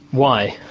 why?